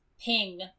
ping